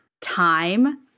time